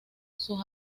sus